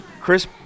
Chris